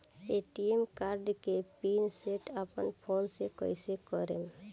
ATM card के PIN set अपना phone से कइसे करेम?